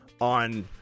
on